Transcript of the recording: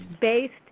based